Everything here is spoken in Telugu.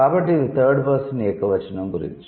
కాబట్టి ఇది థర్డ్ పర్సన్ ఏకవచనం గురించి